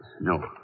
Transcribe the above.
No